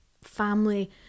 family